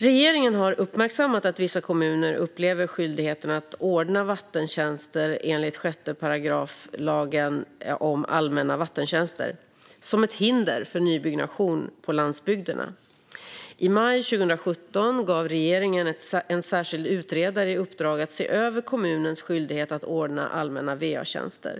Regeringen har uppmärksammat att vissa kommuner upplever skyldigheten att ordna vattentjänster enligt 6 § lagen om allmänna vattentjänster som ett hinder för nybyggnation på landsbygderna. I maj 2017 gav regeringen en särskild utredare i uppdrag att se över kommuners skyldighet att ordna allmänna va-tjänster.